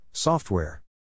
Software